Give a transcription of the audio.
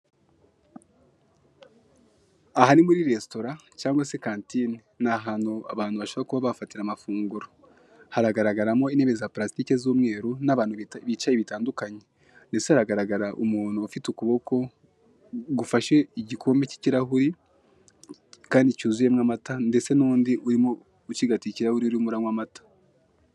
Aha ni muri resitora cyangwa se kantine ni ahantu abantu basobora kuba bafatira amafunguro, haragaragaramo intebe za purasitike z'umweru n'abantu bicaye bitandukanye ndetse haragaraga umuntu ufite ukuboko gufashe igikombe k'ikirahure kandi cyuzuyemo amata ndetse n'undi ucigatiye igikombe urimo uranywa amata.